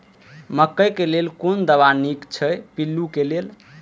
मकैय लेल कोन दवा निक अछि पिल्लू क लेल?